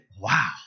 wow